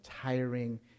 tiring